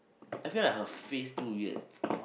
I see like her face too weird